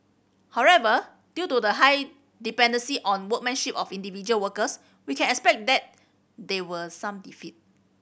however due to the high dependency on workmanship of individual workers we can expect that there will some defect